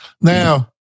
now